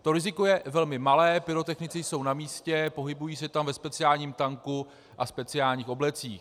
To riziko je velmi malé, pyrotechnici jsou na místě, pohybují se tam ve speciálním tanku a speciálních oblecích.